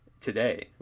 today